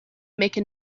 mecca